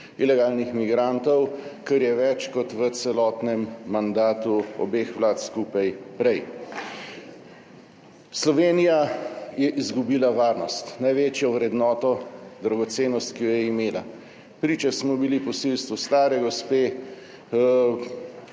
ilegalnih migrantov, kar je več kot v celotnem mandatu obeh vlad skupaj prej. Slovenija je izgubila varnost, največjo vrednoto, dragocenost, ki jo je imela. Priča smo bili posilstvu stare gospe.